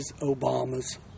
Obama's